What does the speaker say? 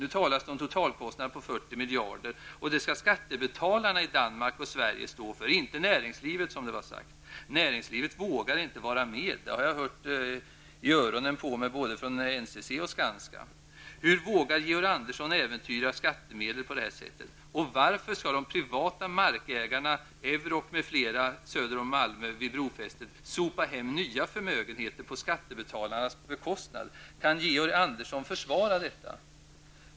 Nu talas det om totalkostnader på 40 miljarder kronor. Det skall skattebetalarna i Danmark och Sverige stå för, inte näringslivet. Näringslivet vågar inte vara med. Det har jag hört från både NCC och Skanska. Hur vågar Georg Andersson äventyra skattemedel på detta sätt? Varför skall de privata markägarna i Euroc m.fl söder om Malmö vid brofästet sopa hem nya förmögenheter på skattebetalarnas bekostnad? Kan Georg Andersson försvara det?